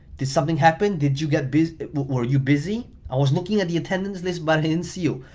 did something happen? did you get busy? were you busy? i was looking at the attendance list, but i didn't see you.